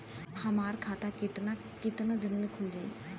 हमर खाता कितना केतना दिन में खुल जाई?